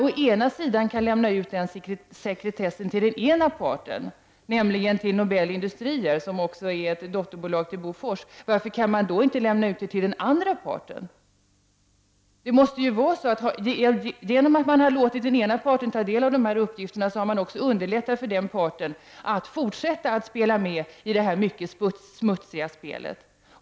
Å ena sidan kan man lämna ut sekretessbelagda handlingar till den ena parten, nämligen Nobel Industrier som är ett dotterbolag till Bofors. Varför kan man då inte lämna ut uppgifterna till den andra parten? Genom att man har låtit den ena parten ta del av uppgifterna har man också underlättat för den parten att fortsätta att spela med i det här mycket smutsiga spelet.